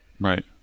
right